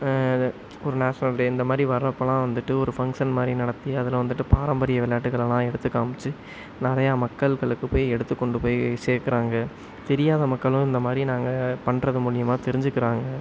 ஒரு national day இந்தமாதிரி வரப்போலாம் வந்துட்டு ஒரு ஃபங்ஷன் மாதிரி நடத்தி அதில் வந்துட்டு பாரம்பரிய விளையாட்டுக்களலாம் எடுத்து காமிச்சு நிறையா மக்களுக்கு போய் எடுத்துக்கொண்டு போய் சேர்க்குறாங்க தெரியாத மக்களும் இந்தமாதிரி நாங்கள் பண்றது மூலிமா தெரிஞ்சுக்கிறாங்க